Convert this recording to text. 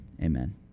Amen